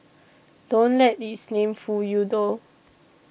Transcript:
don't let its name fool you though